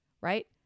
right